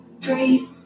three